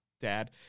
dad